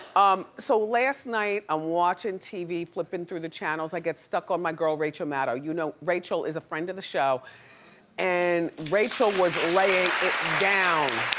um so last night, i'm ah watching tv, flipping through the channels. i get stuck on my girl, rachel maddow. you know rachel is a friend of the show and rachel was laying it down.